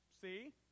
see